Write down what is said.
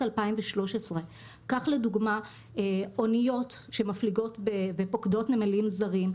2013. כך לדוגמה אוניות שמפליגות ופוקדות נמלים זרים,